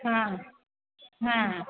हां हां